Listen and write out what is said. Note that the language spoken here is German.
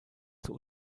zur